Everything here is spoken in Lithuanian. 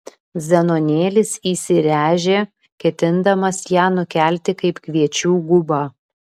zenonėlis įsiręžė ketindamas ją nukelti kaip kviečių gubą